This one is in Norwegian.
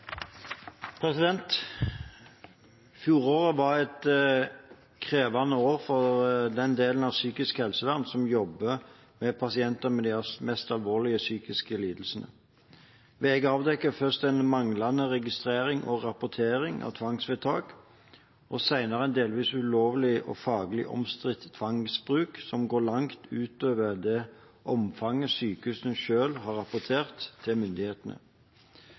Fjoråret var et krevende år for den delen av psykisk helsevern som jobber med pasienter med de mest alvorlige psykiske lidelsene. VG avdekket først en manglende registrering og rapportering av tvangsvedtak og senere en delvis ulovlig og faglig omstridt tvangsbruk som går langt utover det omfanget sykehusene selv har rapportert til myndighetene.